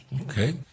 Okay